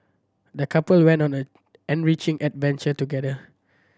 the couple went on an enriching adventure together